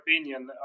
opinion